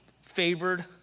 favored